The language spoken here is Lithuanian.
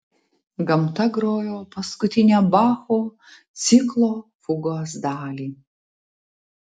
gamta grojo paskutinę bacho ciklo fugos dalį